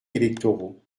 électoraux